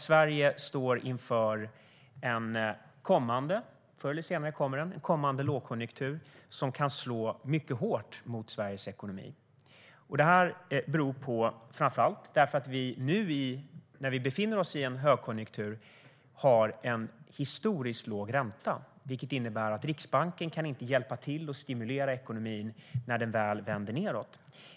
Sverige står inför en kommande - förr eller senare - lågkonjunktur som kan slå mycket hårt mot Sveriges ekonomi. Det beror framför allt på att vi nu, när vi befinner oss i en högkonjunktur, har en historiskt låg ränta, vilket innebär att Riksbanken inte kan hjälpa till att stimulera ekonomin när den väl vänder nedåt.